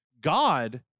God